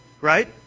right